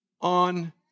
on